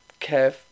Kev